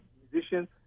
musicians